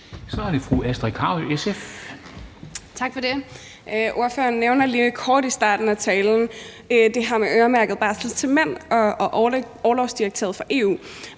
SF. Kl. 11:25 Astrid Carøe (SF): Tak for det. Ordføreren nævner kort i starten af talen det her med øremærket barsel til mænd og orlovsdirektivet fra EU.